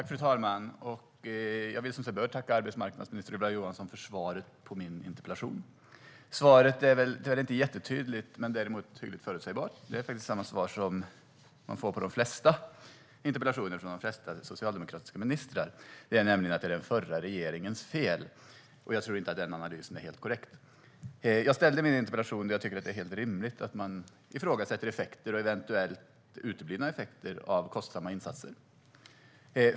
Fru talman! Jag vill som sig bör tacka arbetsmarknadsminister Ylva Johansson för svaret på min interpellation. Svaret är tyvärr inte jättetydligt, men däremot hyggligt förutsägbart. Man får faktiskt samma svar på de flesta interpellationer man ställer till de flesta socialdemokratiska ministrar, nämligen att det är den förra regeringens fel. Jag tror inte att den analysen är helt korrekt. Jag ställde min interpellation då jag tycker att det är helt rimligt att man ifrågasätter effekter och eventuellt uteblivna effekter av kostsamma insatser.